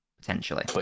potentially